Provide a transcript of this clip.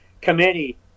committee